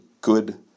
good